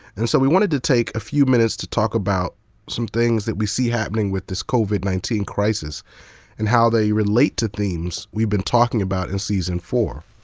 and so, we wanted to take a few minutes to talk about some things we see happening with this covid nineteen crisis and how they relate to themes we've been talking about in season four.